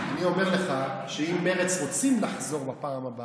אני אומר לך שאם מרצ רוצים לחזור בפעם הבאה,